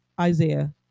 isaiah